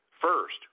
First